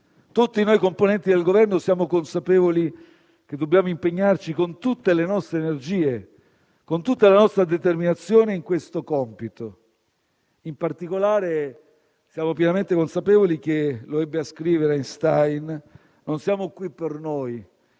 Tutti noi componenti del Governo siamo consapevoli che dobbiamo impegnarci con tutte le nostre energie e tutta la nostra determinazione in questo compito. In particolare, siamo pienamente consapevoli che siamo qui non per noi,